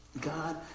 God